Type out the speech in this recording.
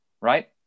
Right